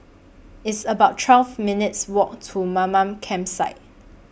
It's about twelve minutes' Walk to Mamam Campsite